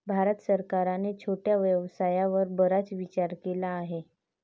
भारत सरकारने छोट्या व्यवसायावर बराच विचार केला आहे